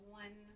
one